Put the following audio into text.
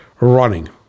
running